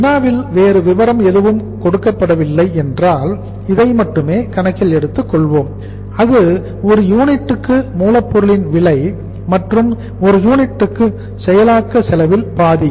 வினாவில் வேறு விவரம் எதுவும் கொடுக்கப்படவில்லை என்றால் இதை மட்டுமே கணக்கில் எடுத்துக் கொள்வோம் அது ஒரு யூனிட்டுக்கு மூலப் பொருளின் விலை மற்றும் ஒரு யூனிட்டுக்கு செயலாக்க செலவில் பாதி